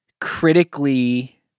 critically